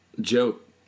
joke